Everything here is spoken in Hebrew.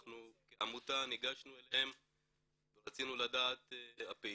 אנחנו כעמותה ניגשנו אליהם ורצינו לדעת לגבי הפעילות.